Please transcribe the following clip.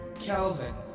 kelvin